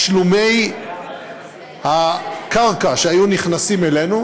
מתשלומי הקרקע שהיו נכנסים אלינו,